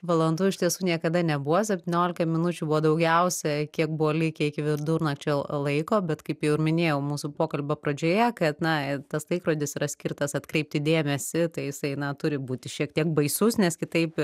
valandų iš tiesų niekada nebuvo septyniolika minučių buvo daugiausia kiek buvo likę iki vidurnakčio laiko bet kaip ir jau minėjau mūsų pokalbio pradžioje kad na tas laikrodis yra skirtas atkreipti dėmesį tai jisai na turi būti šiek tiek baisus nes kitaip